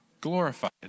glorified